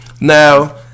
Now